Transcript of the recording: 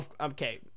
okay